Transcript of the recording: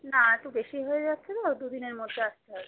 না একটু বেশি হয়ে যাচ্ছে তো দু দিনের মধ্যে আসতে হবে